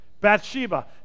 Bathsheba